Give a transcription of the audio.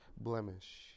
blemish